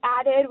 added